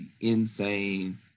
insane